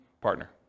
partner